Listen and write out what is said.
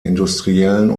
industriellen